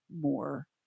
more